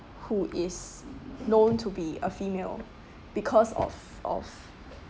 who is known to be a female because of of